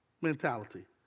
mentality